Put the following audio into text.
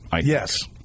Yes